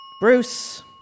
Bruce